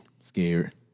scared